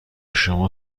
شما